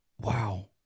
wow